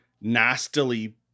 nastily